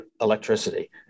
electricity